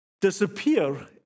disappear